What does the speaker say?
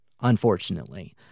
unfortunately